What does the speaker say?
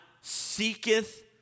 seeketh